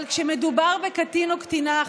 אבל כשמדובר בקטין או קטינה,